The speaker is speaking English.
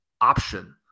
option